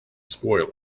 spoil